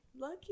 Lucky